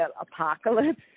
apocalypse